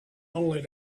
only